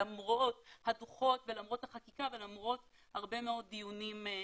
למרות הדוחות ולמרות החקיקה ולמרות הרבה מאוד דיונים שהתקיימו.